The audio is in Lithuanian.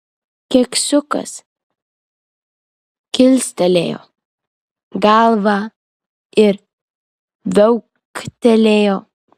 keksiukas kilstelėjo galvą ir viauktelėjo